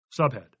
Subhead